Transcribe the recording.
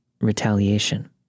retaliation